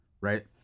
right